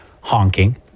honking